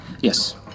Yes